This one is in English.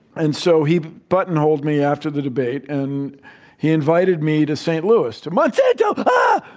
and so, he button-holed me after the debate. and he invited me to st. louis, to monsanto but